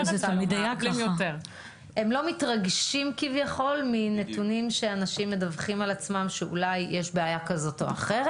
אלה דברים מדהימים שגם ישבנו עליהם מולכם.